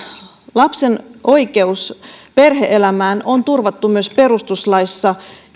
lapsen oikeus perhe elämään on turvattu myös niin perustuslaissa